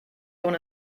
schon